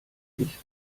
ich